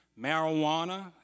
marijuana